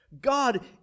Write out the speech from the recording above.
God